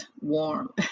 warm